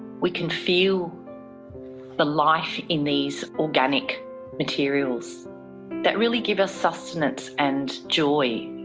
we can feel the life in these organic materials that really give us sustenance and joy,